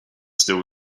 still